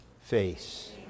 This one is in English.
face